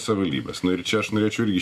savivaldybės na ir čia aš norėčiau irgi